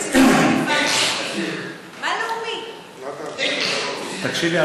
מה לאומי בזה?